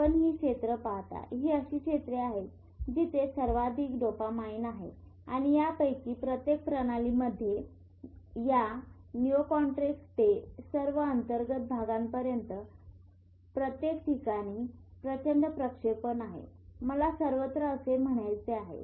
आपण ही क्षेत्रे पाहता ही अशी क्षेत्रे आहेत जिथे सर्वाधिक डोपामाइन आहे आणि यापैकी प्रत्येक प्रणालीमध्ये या निओकॉर्टेक्स ते सर्व अंतर्गत भागापर्यंत पर्यंत प्रत्येक ठिकाणी प्रचंड प्रक्षेपण आहे मला सर्वत्र असे म्हणायचे आहे